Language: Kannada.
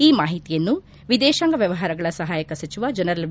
ಈ ಮಾಹಿತಿಯನ್ನು ವಿದೇಶಾಂಗ ವ್ನವಹಾರಗಳ ಸಹಾಯಕ ಸಚಿವ ಜನರಲ್ ವಿ